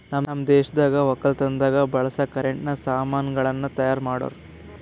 ನಮ್ ದೇಶದಾಗ್ ವಕ್ಕಲತನದಾಗ್ ಬಳಸ ಕರೆಂಟಿನ ಸಾಮಾನ್ ಗಳನ್ನ್ ತೈಯಾರ್ ಮಾಡೋರ್